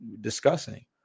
discussing